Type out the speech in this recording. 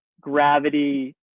gravity